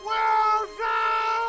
Wilson